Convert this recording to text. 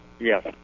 Yes